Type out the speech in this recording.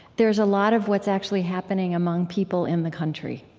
there is a lot of what's actually happening among people in the country.